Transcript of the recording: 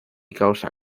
causa